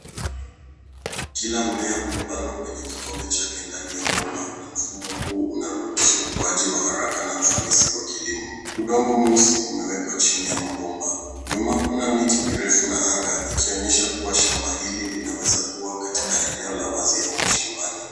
Kila mmea umepandwa kwenye kikombe chake ndani ya bomba na mfumo huu unaruhusu ukuaji wa haraka na ufanisi wa kilimo. Udongo mweusi umewekwa chini ya mabomba. Nyuma kuna miti mirefu na anga ikionyesha kuwa shamba hili linaweza kuwa katika eneo la wazi au mashambani.